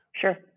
Sure